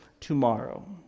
tomorrow